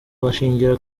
bashingira